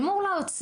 אל מול האוצר,